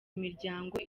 imiryango